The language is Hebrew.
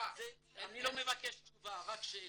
אני לא מבקש תשובה, רק שאלה.